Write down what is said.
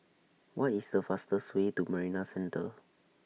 What IS The fastest Way to Marina Centre